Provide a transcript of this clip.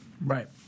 Right